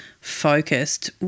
focused